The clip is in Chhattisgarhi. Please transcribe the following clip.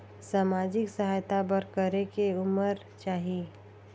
समाजिक सहायता बर करेके उमर चाही?